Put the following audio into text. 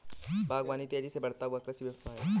बागवानी तेज़ी से बढ़ता हुआ कृषि व्यवसाय है